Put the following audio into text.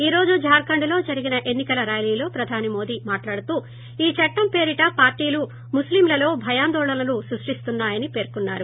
ఈ రోజు జార్టండ్లో జరిగిన ఎన్ని కల ర్యాలీలో ప్రధాని మోదీ మాట్లాడుతూ ఈ చట్లం పేరిట పార్లీలు ముస్లింలలో భయాందోళనలు సృష్ణిస్తున్నాయని పేర్కొన్నారు